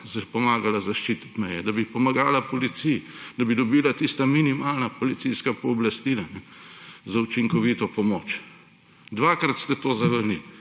pomagala zaščititi meje, da bi pomagala policiji, da bi dobila tista minimalna policijska pooblastila za učinkovito pomoč. Dvakrat ste to zavrnili.